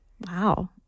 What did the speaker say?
Wow